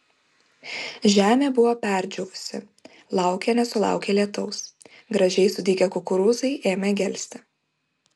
žemė buvo perdžiūvusi laukė nesulaukė lietaus gražiai sudygę kukurūzai ėmė gelsti